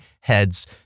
heads